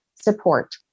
support